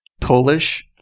Polish